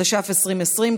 התש"ף 2020,